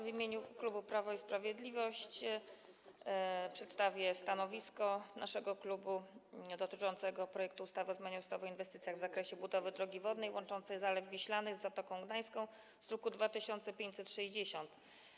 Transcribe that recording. W imieniu klubu Prawo i Sprawiedliwość przedstawię stanowisko naszego klubu dotyczące projektu ustawy o zmianie ustawy o inwestycjach w zakresie budowy drogi wodnej łączącej Zalew Wiślany z Zatoką Gdańską, druk nr 2560.